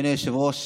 אדוני היושב-ראש,